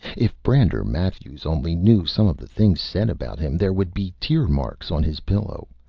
if brander matthews only knew some of the things said about him, there would be tear marks on his pillow.